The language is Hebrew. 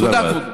תודה, כבודו.